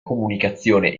comunicazione